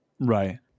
Right